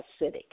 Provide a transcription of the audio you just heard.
acidic